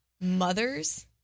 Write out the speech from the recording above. mothers